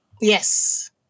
Yes